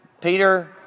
Peter